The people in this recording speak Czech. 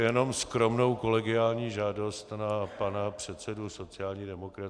Jenom skromnou kolegiální žádost na pana předsedu sociální demokracie.